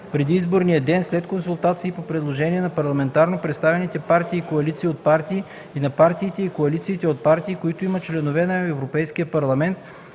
преди изборния ден, след консултации и по предложение на парламентарно представените партии и коалиции от партии и на партиите и коалициите от партии, които имат членове на Европейския парламент,